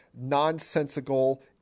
nonsensical